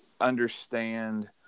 understand